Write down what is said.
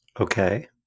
okay